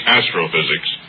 astrophysics